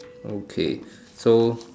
okay so